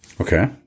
Okay